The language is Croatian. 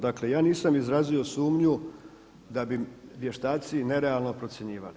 Dakle, ja nisam izrazio sumnju da bi vještaci nerealno procjenjivali.